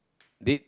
did